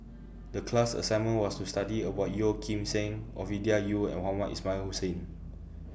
The class assignment was to study about Yeo Kim Seng Ovidia Yu and Mohamed Ismail Hussain